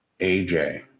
AJ